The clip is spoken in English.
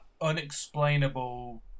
unexplainable